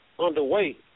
underway